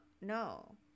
no